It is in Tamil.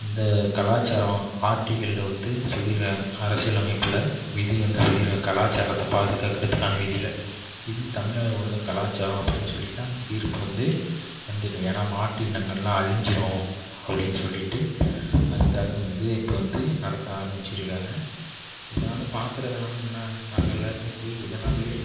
இந்த கலாச்சாரம் ஆர்ட்டிகளில் வந்து சொல்லியிருக்காங்க அரசியலமைப்பில் விதி வந்து சொல்லியிருக்காங்க கலாச்சாரத்தை பாதுகாக்கிறதற்கான விதியில் இது தமிழ்நாடு உள்ள கலாச்சாரம் அப்படின்னு சொல்லிகிட்டு அந்த தீர்ப்பு வந்து வந்துட்டு ஏன்னால் மாட்டு இனங்களெலாம் அழிஞ்சுடும் அப்படின்னு சொல்லிகிட்டு அதுக்காக வந்து இப்போ வந்து நடத்த ஆரம்பிச்சுருக்காங்க இதனால் பார்க்குறதுனால என்ன நாங்கள் எல்லாேருமே போய் இதனால்வே